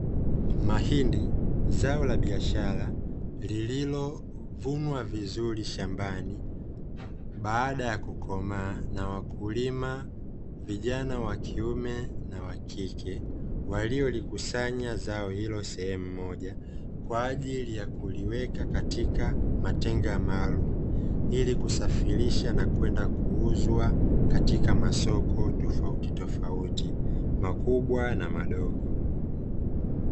Mahindi zao la biashara lililovunwa vizuri shambani, baada ya kukomaa na wakulima vijana wa kiume na wa kike, waliolikusanya zao hilo sehemu moja, kwa ajili ya kuliweka katika matenga maalum, ili kusafirisha na kwenda kuuzwa katika masoko tofauti tofauti, makubwa na madogo.